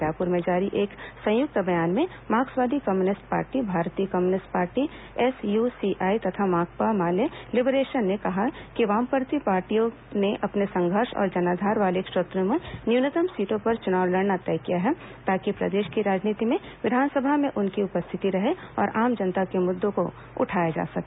रायपुर में जारी एक संयुक्त बयान में मार्क्सवादी कम्युनिस्ट पार्टी भारतीय कम्युनिस्ट पार्टी एसयूसीआई तथा भाकपा माले लिबरेशन ने कहा है कि वामपंथी पार्टियों ने अपने संघर्ष और जनाधार वाले क्षेत्रों में न्यूनतम सीटों पर चुनाव लड़ना तय किया है ताकि प्रदेश की राजनीति में विधानसभा में उनकी उपस्थिति रहे और आम जनता के मुद्दों को उठाया जा सके